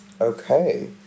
Okay